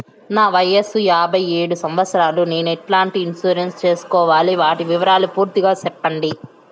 నా వయస్సు యాభై ఏడు సంవత్సరాలు నేను ఎట్లాంటి ఇన్సూరెన్సు సేసుకోవాలి? వాటి వివరాలు పూర్తి గా సెప్పండి?